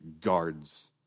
guards